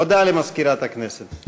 הודעה למזכירת הכנסת.